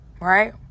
right